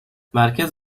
merkez